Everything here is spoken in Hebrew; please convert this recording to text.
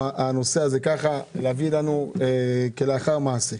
להביא לנו כלאחר מעשה.